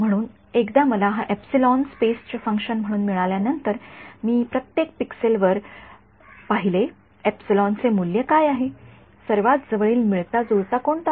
म्हणून एकदा मला हा एप्सिलॉन स्पेसचे फंक्शन म्हणून मिळाल्यानंतर मी प्रत्येक पिक्सेल वर पाहिले एप्सिलॉनचे मूल्य काय आहे सर्वात जवळील मिळता जुळता कोणता आहे